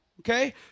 Okay